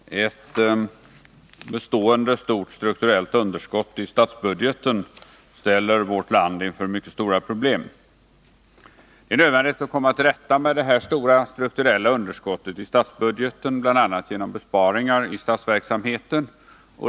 Herr talman! Ett bestående stort strukturellt underskott i statsbudgeten ställer vårt land inför mycket stora problem. Det är nödvändigt att komma till rätta med detta stora strukturella underskott i statsbudgeten, bl.a. genom besparingar i statsverksamheten.